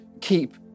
keep